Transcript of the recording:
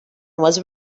was